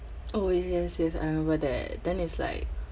oh yes yes yes I remember that then it's like